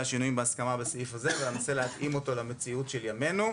שינויים בהסכמה בסעיף הזה ולנסות להתאים אותו למציאות של ימינו.